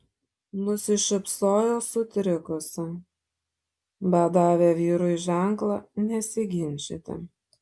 nusišypsojo sutrikusi bet davė vyrui ženklą nesiginčyti